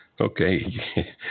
Okay